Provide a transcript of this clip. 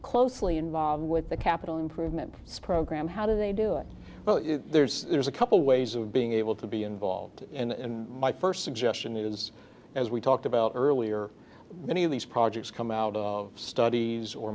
closely involved with the capital improvement program how do they do it well there's there's a couple ways of being able to be involved and my first suggestion is as we talked about earlier many of these projects come out of studies or